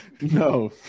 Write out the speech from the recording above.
No